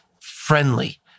friendly